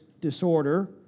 disorder